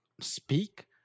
speak